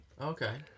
Okay